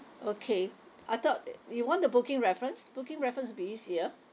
okay I thought you want the booking reference booking reference will be easier